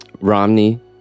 Romney